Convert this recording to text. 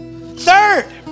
Third